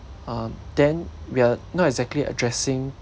um then we're not exactly addressing